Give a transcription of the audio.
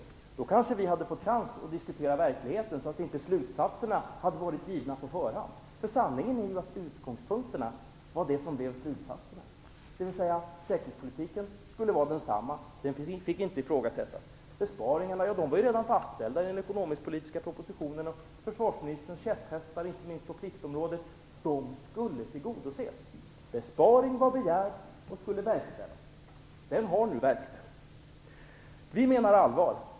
Hade den varit det hade vi kanske fått diskutera verkligheten så att inte slutsatserna hade varit givna på förhand. Sanningen är ju att utgångspunkterna var det som blev slutsatserna, dvs. att säkerhetspolitiken skulle vara densamma, den fick inte ifrågasättas. Besparingarna var redan fastställda i den ekonomiskpolitiska propositionen. Försvarsministerns käpphästar på inte minst pliktområdet skulle tillgodoses. Besparing var begärd och skulle verkställas. Den har nu verkställts.